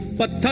but